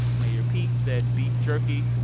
mayor pete said beef jerky.